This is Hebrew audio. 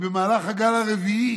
במהלך הגל הרביעי